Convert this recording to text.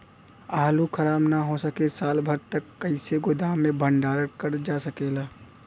आलू खराब न हो सके साल भर तक कइसे गोदाम मे भण्डारण कर जा सकेला?